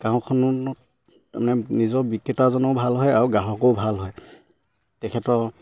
গাঁওখনত নিজৰ বিক্ৰেতাজনো ভাল হয় আৰু গ্ৰাহকো ভাল হয় তেখেতৰ